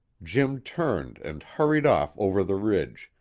jim turned, and hurried off over the ridge,